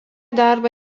darbą